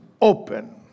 open